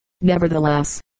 Nevertheless